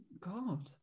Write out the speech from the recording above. God